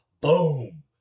boom